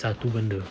satu benda